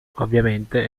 ovviamente